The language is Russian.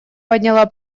подняла